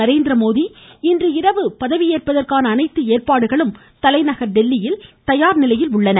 நரேந்திரமோடி இன்று இரவு பதவியேற்பதற்கான அனைத்து ஏற்பாடுகளும் தலைநகர் தில்லியில் தயார் நிலையில் உள்ளன